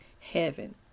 heaven